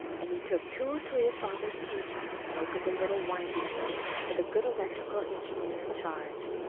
and he took two or three of father's patients, and opened a little winding-room with a good electrical engineer in charge.